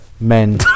men